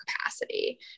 capacity